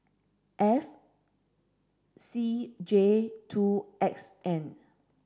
F C J two X N